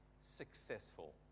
successful